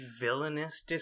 villainous